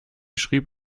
schrieb